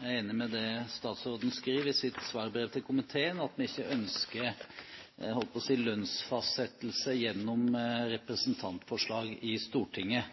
vi er enig i det statsråden skriver i sitt svarbrev til komiteen, at vi ikke ønsker lønnsfastsettelse gjennom representantforslag i Stortinget.